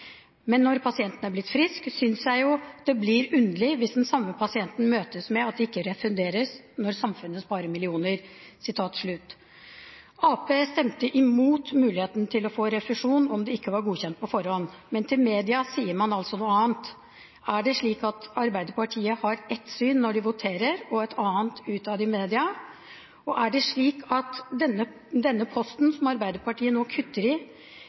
Men når pasienten er blitt frisk syns jeg jo at det blir underlig hvis den samme pasienten møtes med at det ikke refunderes, når samfunnet sparer millioner.» Arbeiderpartiet stemte imot muligheten til å få refusjon om det ikke var godkjent på forhånd, men til media sier man altså noe annet. Er det slik at Arbeiderpartiet har ett syn når de voterer og et annet utad i media? Og er det slik at Arbeiderpartiet kutter i denne posten fordi de mener at det bare er de som